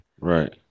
right